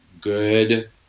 good